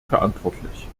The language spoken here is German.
verantwortlich